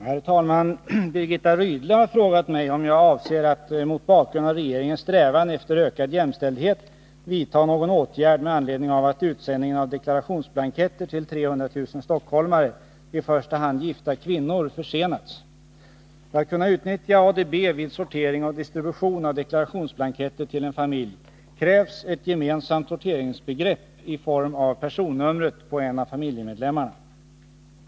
Herr talman! Birgitta Rydle har frågat mig om jag avser att, mot bakgrund av regeringens strävan efter ökad jämställdhet, vidta någon åtgärd med anledning av att utsändningen av deklarationsblanketter till 300 000 stockholmare, i första hand gifta kvinnor, försenats. För att ADB skall kunna utnyttjas vid sortering och distribution av deklarationsblanketter till en familj krävs ett gemensamt sorteringsbegrepp i form av personnumret på en av familjemedlemmarna.